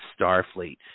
starfleet